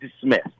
dismissed